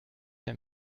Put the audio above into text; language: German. der